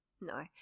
No